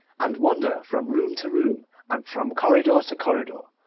and wander from room to room, and from corridor to corridor,